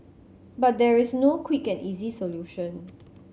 but there is no quick and easy solution